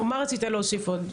בבקשה, מה רצית להוסיף עוד?